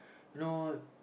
you know